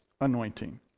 anointing